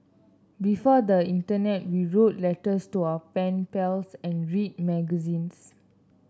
before the Internet we wrote letters to our pen pals and read magazines